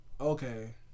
okay